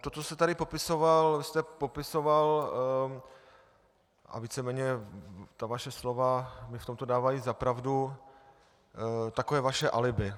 To, co jste tady popisoval, jste popisoval a víceméně ta vaše slova mi v tomto dávají za pravdu takové vaše alibi.